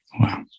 Wow